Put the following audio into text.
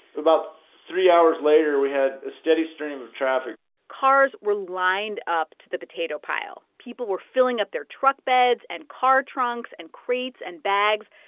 about three hours later, we had a steady stream of traffic cars were lined up to the potato pile. people were filling up their truck beds and car trunks and crates and bags.